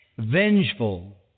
vengeful